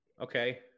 Okay